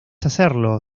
hacerlo